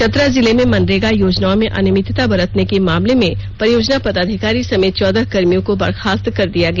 चतरा जिले में मनरेगा योजनाओं में अनियमितता बरतने के मामले में परियोजना पदाधिकारी समेत चौदह कर्मियों को बर्खास्त कर दिया गया